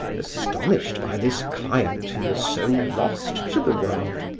astonished by this client who was so lost to the world,